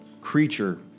creature